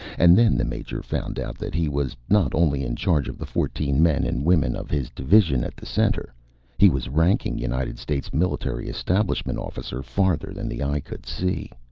and then the major found out that he was not only in charge of the fourteen men and women of his division at the center he was ranking united states military establishment officer farther than the eye could see.